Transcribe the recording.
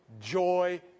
joy